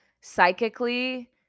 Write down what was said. psychically